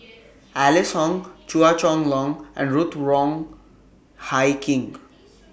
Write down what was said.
Alice Ong Chua Chong Long and Ruth Wong Hie King